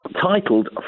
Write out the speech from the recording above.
titled